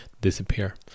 disappear